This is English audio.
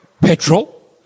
petrol